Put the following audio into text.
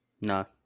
No